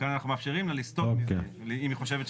כאן אנחנו מאפשרים לה לסתות מזה אם היא חושבת שצריך.